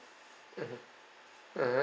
mm mm mm